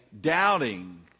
Doubting